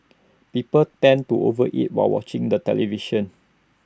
people tend to over eat while watching the television